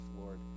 Lord